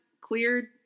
cleared